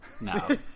No